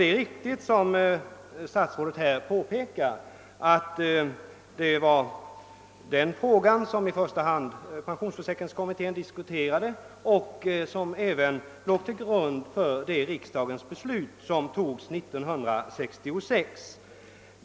Det är riktigt, såsom herr statsrådet påpekar, att pensionsförsäkringskommittén i första hand diskuterade denna fråga och även att dess förslag låg till grund för riksdagens beslut 1966.